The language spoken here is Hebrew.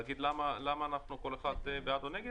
אני רוצה לדעת --- אפשר לנמק ולהגיד למה כל אחד בעד או נגד?